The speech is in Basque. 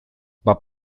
bat